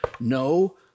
No